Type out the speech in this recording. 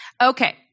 Okay